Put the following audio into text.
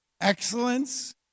excellence